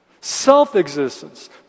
Self-existence